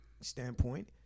standpoint